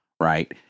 Right